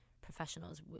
professionals